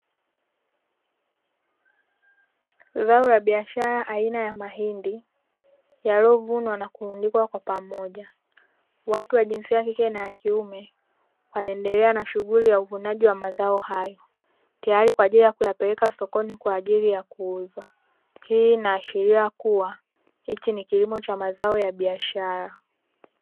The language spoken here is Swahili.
Zao la biashara aina ya mahindi yaliyovunwa na kurundikwa kwa pamoja, watu wa jinsia ya kike na ya kiume wanaendelea na shughuli ya uvunaji wa mazao hayo tayari kwa ajili ya kuyapeleka sokoni kwa ajili ya kuuza. Hii inaashiria kuwa hichi ni kilimo cha mazao ya biashara.